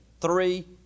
three